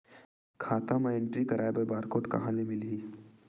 खाता म एंट्री कराय बर बार कोड कहां ले मिलही?